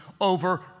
over